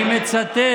אדוני היושב-ראש,